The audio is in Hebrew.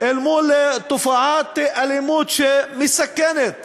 אל מול תופעת אלימות שמסכנת